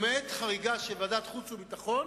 למעט חריגה של ועדת החוץ והביטחון,